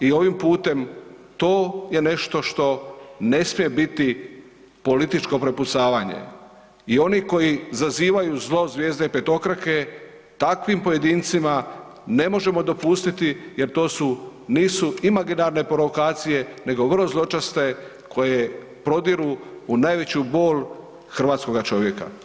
I ovim putem to je nešto što ne smije biti političko prepucavanje i oni koji zazivaju zlo zvijezde petokrake takvim pojedincima ne možemo dopustiti jer to nisu imaginarne provokacije nego vrlo zločeste koje prodire u najveću bol hrvatskoga čovjeka.